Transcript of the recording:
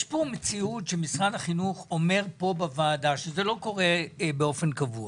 יש כאן מציאות שמשרד החינוך אומר בוועדה וזה לא קורה באופן קבוע